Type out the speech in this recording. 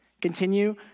Continue